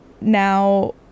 now